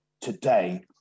today